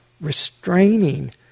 restraining